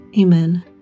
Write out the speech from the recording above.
Amen